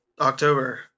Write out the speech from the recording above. October